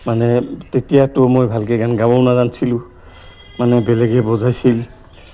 মানে তেতিয়াতো মই ভালকে গান গাবও নাজানিছিলোঁ মানে বেলেগে বজাইছিল